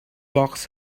box